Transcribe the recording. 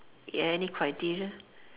any criteria